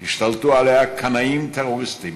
השתלטו עליה קנאים טרוריסטים